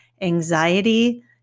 anxiety